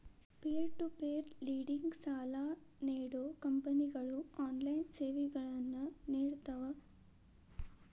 peer to peer lending ಸಾಲಾ ನೇಡೋ ಕಂಪನಿಗಳು ಆನ್ಲೈನ್ ಸೇವೆಗಳನ್ನ ನೇಡ್ತಾವ